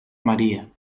maria